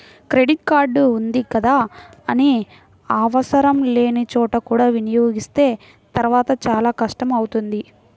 credit card ఉంది కదా అని ఆవసరం లేని చోట కూడా వినియోగిస్తే తర్వాత చాలా కష్టం అవుతుంది